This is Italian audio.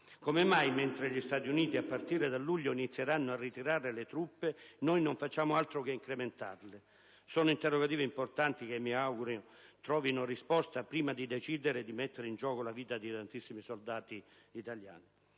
Come mai, mentre gli Stati Uniti, a partire da luglio, inizieranno a ritirare le truppe, noi non facciamo altro che incrementarle? Sono interrogativi importanti, che mi auguro trovino risposta prima di decidere di mettere in gioco la vita di tantissimi soldati italiani.